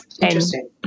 Interesting